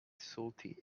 salty